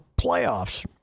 playoffs